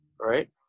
right